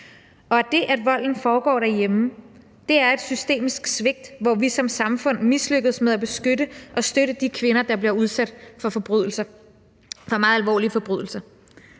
Det, at volden foregår derhjemme, er et systemisk svigt, hvor vi som samfund mislykkes med at beskytte og støtte de kvinder, der bliver udsat for meget alvorlige forbrydelser.